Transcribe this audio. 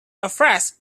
afresh